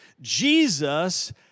Jesus